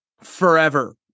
forever